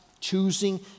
choosing